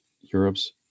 Europe's